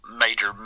major